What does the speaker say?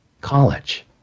college